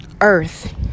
earth